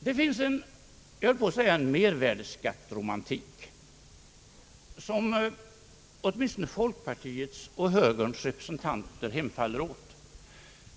Det finns — höll jag på att säga — en mervärdeskattsromantik, som folkpartiets och högerns representanter hemfaller åt.